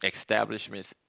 establishments